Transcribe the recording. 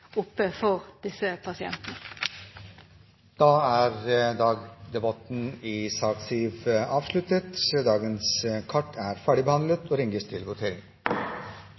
oppe for disse pasientene. Debatten i sak nr. 7 er dermed avsluttet. Stortinget går da til votering.